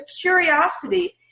curiosity